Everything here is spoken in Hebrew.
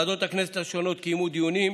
ועדות הכנסת השונות קיימו דיונים,